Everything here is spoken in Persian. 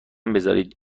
بزارید